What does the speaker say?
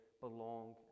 belong